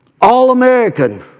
all-American